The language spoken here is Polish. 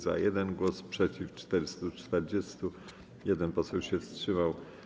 Za - 1 głos, przeciw - 440, 1 poseł się wstrzymał.